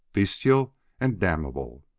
bestial and damnable!